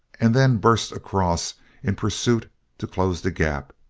and then burst across in pursuit to close the gap.